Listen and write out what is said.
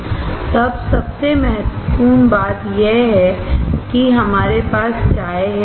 FL तब सबसे महत्वपूर्ण बात यह है कि हमारे पास चाय है